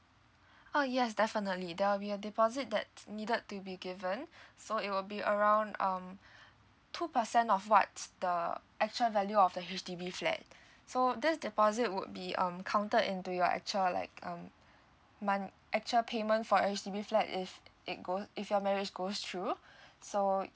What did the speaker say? oh yes definitely there will be a deposit that's needed to be given so it will be around um two percent of what's the actual value of the H_D_B flat so that deposit would be um counted into your actual like um month actual payment for a H_D_B flatt if it goes if your marriage goes through so